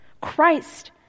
Christ